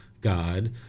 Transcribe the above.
God